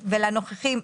ולנוכחים.